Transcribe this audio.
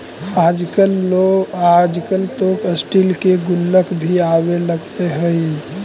आजकल तो स्टील के गुल्लक भी आवे लगले हइ